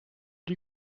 die